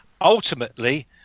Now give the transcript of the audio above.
Ultimately